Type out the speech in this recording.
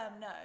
no